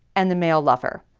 and the male lover.